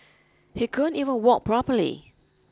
he couldn't even walk properly